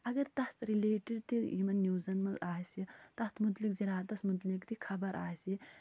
اگر تَتھ رِلیٹڈ تہِ یِمن نیوٗزن منٛز آسہِ تَتھ متعلق زِراتس متعلق تہِ خبر آسہِ